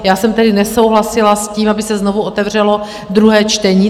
Já jsem tedy nesouhlasila s tím, aby se znovu otevřelo druhé čtení.